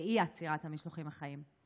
לאי-עצירת המשלוחים החיים.